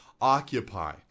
occupy